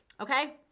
Okay